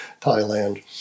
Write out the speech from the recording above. Thailand